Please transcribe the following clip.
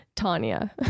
tanya